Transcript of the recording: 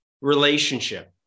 relationship